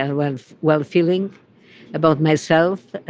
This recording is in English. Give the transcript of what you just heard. ah well well feeling about myself.